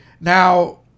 Now